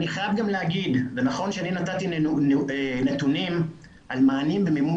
אני חייב גם לומר שנכון שנתתי נתונים על מענים במימון